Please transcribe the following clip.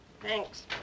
Thanks